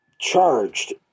charged